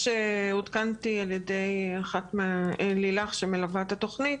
עודכנתי על ידי לילך, שמלווה את התכנית,